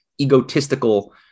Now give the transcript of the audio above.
egotistical